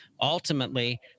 Ultimately